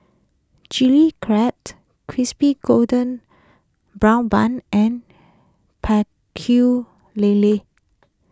Chili Crab Crispy Golden Brown Bun and Pecel Lele